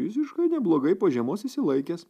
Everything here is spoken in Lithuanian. visiškai neblogai po žiemos išsilaikęs